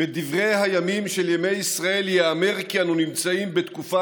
בדברי הימים של ישראל ייאמר כי אנו נמצאים בתקופה